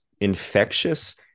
infectious